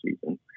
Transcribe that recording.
season